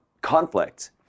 conflict